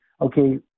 okay